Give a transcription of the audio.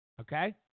Okay